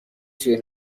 توی